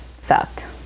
sucked